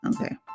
Okay